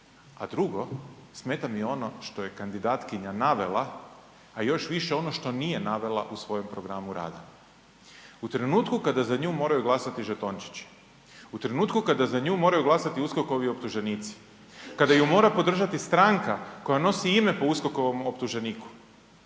a drugo smeta mi ono što je kandidatkinja navela, a još više ono što nije navela u svojem programu rada. U trenutku kada za nju moraju glasati žetončići, u trenutku kada za nju moraju glasati USKOK-ovi optuženici, kada ju mora podržati stranka koja nosi ime po USKOK-ovom optuženiku,